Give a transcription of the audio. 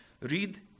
read